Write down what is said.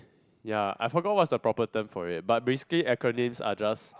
ya I forgot what's the proper term for it but basically acronyms are just